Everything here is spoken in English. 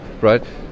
right